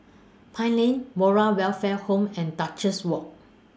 Pine Lane Moral Welfare Home and Duchess Walk